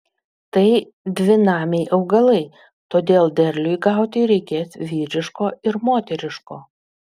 tai dvinamiai augalai todėl derliui gauti reikės vyriško ir moteriško